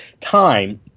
time